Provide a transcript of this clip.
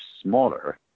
smaller